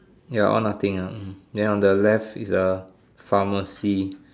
ya all nothing ah hmm then on the left is a pharmacy